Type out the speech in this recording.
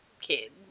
kid